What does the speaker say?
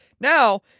Now